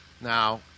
Now